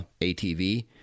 ATV